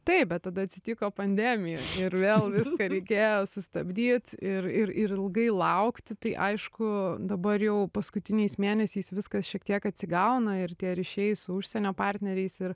taip bet tada atsitiko pandemija ir vėl viską reikėjo sustabdyt ir ir ir ilgai laukti tai aišku dabar jau paskutiniais mėnesiais viskas šiek tiek atsigauna ir tie ryšiai su užsienio partneriais ir